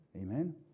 Amen